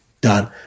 Done